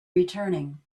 returning